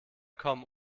kommen